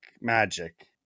magic